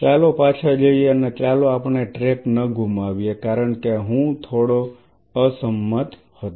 ચાલો પાછા જઈએ અને ચાલો આપણે ટ્રેક ન ગુમાવીએ કારણ હું થોડો અસમંત હતો